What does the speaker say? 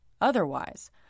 Otherwise